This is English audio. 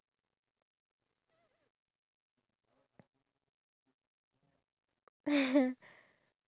so like people actually do live in that group and then they they they show the products that they are selling I thought like